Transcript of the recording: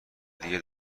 دیگه